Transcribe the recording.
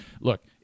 look